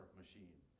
machine